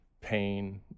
pain